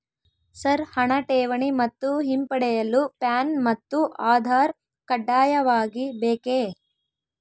Sir ಹಣ ಠೇವಣಿ ಮತ್ತು ಹಿಂಪಡೆಯಲು ಪ್ಯಾನ್ ಮತ್ತು ಆಧಾರ್ ಕಡ್ಡಾಯವಾಗಿ ಬೇಕೆ?